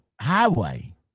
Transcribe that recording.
highway